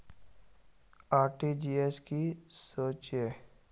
RTGS की होचए?